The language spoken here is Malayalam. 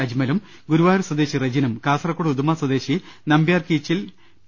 അജ്മലും ഗുരുവായൂർ സ്വദേശി റെജിനും കാസർകോട് ഉദുമ സ്വദേശി നമ്പ്യാർക്കീച്ചിൽ സ്വദേശി പി